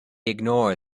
ignore